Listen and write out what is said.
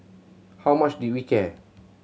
how much did we care